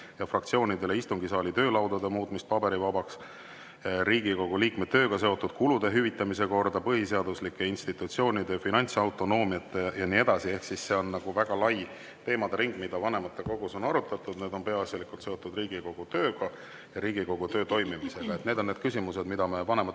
ja fraktsioonidele, istungisaali töölaudade muutmist paberivabaks, Riigikogu liikme tööga seotud kulude hüvitamise korda, põhiseaduslike institutsioonide finantsautonoomiat ja nii edasi. Ehk see on väga lai teemade ring, mida vanematekogus on arutatud. Need on peaasjalikult seotud Riigikogu tööga ja Riigikogu töö toimimisega. Need on küsimused, mida me vanematekogus